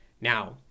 Now